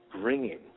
bringing